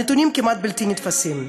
הנתונים כמעט בלתי נתפסים.